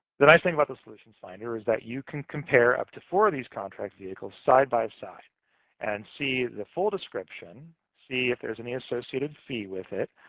the nice thing about the solutions finder is that you can compare up to four of these contract vehicles side-by-side and see the full description, see if there's any associated fee with it,